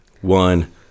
one